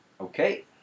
Okay